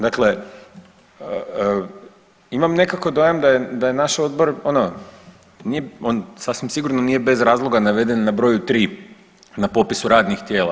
Dakle, imam nekako dojam da je naš odbor, ono on sasvim sigurno nije bez razloga naveden na broju 3 na popisu radnih tijela.